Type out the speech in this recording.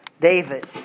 David